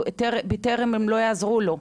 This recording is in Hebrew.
בטר"ם לא יעזרו לו.